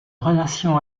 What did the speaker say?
relation